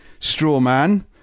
Strawman